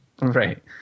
Right